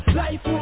life